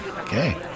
Okay